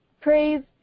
praise